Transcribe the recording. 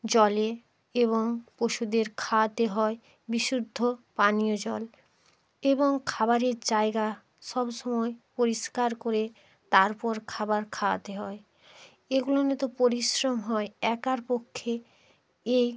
জলে এবং পশুদের খাওয়াতে হয় বিশুদ্ধ পানীয় জল এবং খাবারের জায়গা সব সময় পরিষ্কার করে তারপর খাবার খাওয়াতে হয় এগুলোতে তো পরিশ্রম হয় একার পক্ষে এই